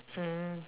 mm